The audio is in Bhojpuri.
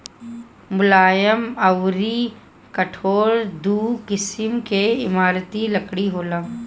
मुलायम अउर कठोर दू किसिम के इमारती लकड़ी होला